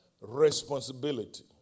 responsibility